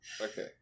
okay